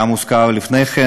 גם הוזכר לפני כן,